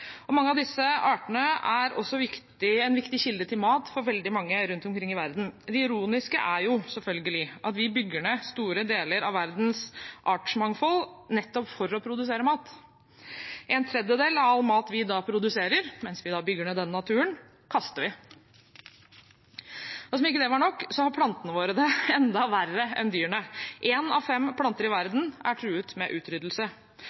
Mange av disse artene er også en viktig kilde til mat for veldig mange rundt omkring i verden. Det ironiske er, selvfølgelig, at vi bygger ned store deler av verdens artsmangfold nettopp for å produsere mat. En tredjedel av all mat vi produserer – mens vi da bygger ned den naturen – kaster vi. Som om ikke det var nok, har plantene våre det enda verre enn dyrene. Én av fem planter i verden er truet av utryddelse.